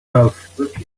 both